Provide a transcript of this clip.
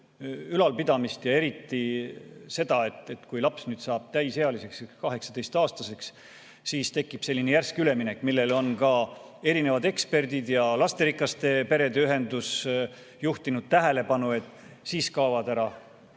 ülalpidamist ja eriti seda, et kui laps saab täisealiseks, 18‑aastaseks, siis tekib selline järsk üleminek, millele on ka erinevad eksperdid ja lasterikaste perede ühendus tähelepanu juhtinud, et siis kaovad ära